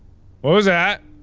was that?